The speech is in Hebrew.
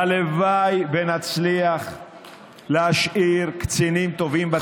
הלוואי שנצליח להשאיר קצינים טובים בצבא.